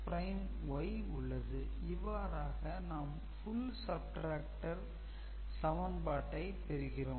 bin இவ்வாறாக நாம் "Full subtractor" சமன்பாட்டை பெறுகிறோம்